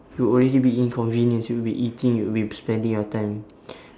you already be inconvenience you will be eating you will be sp~ spending your time